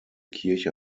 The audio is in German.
kirche